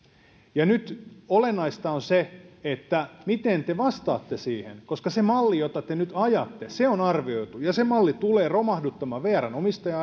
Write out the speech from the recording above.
nyt olennaista on se miten te vastaatte koska se malli jota te nyt ajatte on arvioitu ja se malli tulee romahduttamaan vrn omistaja